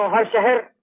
asha hope?